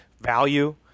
value